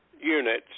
units